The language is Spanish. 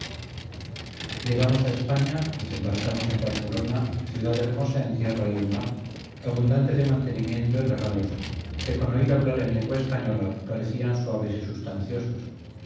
llegamos a españa desembarcamos en barcelona ciudad hermosa en tierra y en mar abundante de mantenimiento y regalos que con oír hablar en lengua española parecían suaves y substanciosos